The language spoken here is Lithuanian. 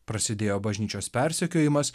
prasidėjo bažnyčios persekiojimas